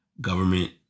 Government